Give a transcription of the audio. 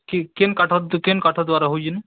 କି କେନ୍ କାଠ କେନ୍ କାଠ ଦ୍ଵାରା ହଉଜିନି୍